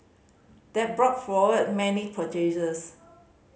that brought forward many purchases